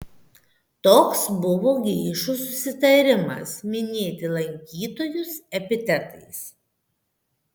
toks buvo geišų susitarimas minėti lankytojus epitetais